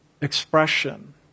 expression